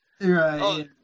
Right